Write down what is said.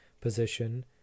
position